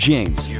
James